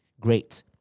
great